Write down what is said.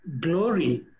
glory